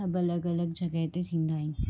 सभु अलॻि अलॻि जॻह ते थींदा आहिनि